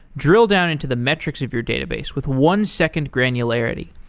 drill down into the metrics of your database with one second granularity.